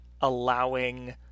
allowing